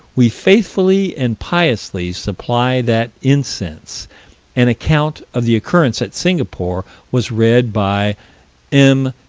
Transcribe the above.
we faithfully and piously supply that incense an account of the occurrence at singapore was read by m.